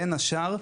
בין השאר,